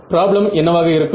problem என்னவாக இருக்கும்